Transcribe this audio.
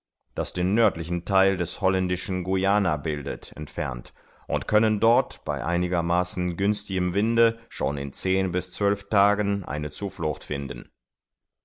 das den nördlichen theil des holländischen guyana bildet entfernt und können dort bei einigermaßen günstigem winde schon in zehn bis zwölf tagen eine zuflucht finden